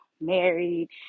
married